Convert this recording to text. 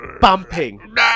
Bumping